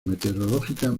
meteorológicas